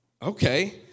Okay